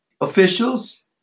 officials